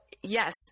yes